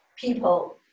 people